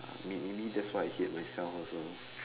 may maybe that's why I hate myself also